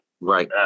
Right